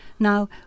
Now